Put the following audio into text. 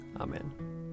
Amen